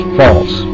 false